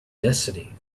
destiny